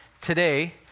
today